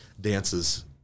dances